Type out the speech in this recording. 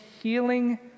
healing